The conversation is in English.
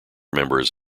members